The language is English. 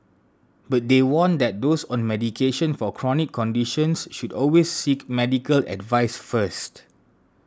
but they warn that those on medication for chronic conditions should always seek medical advice first